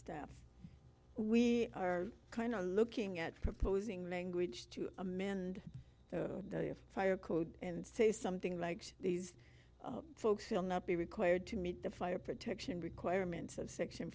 staff we are kind of looking at proposing language to amend the fire code and say something like these folks will not be required to meet the fire protection requirements of section